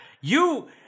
You-